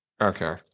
Okay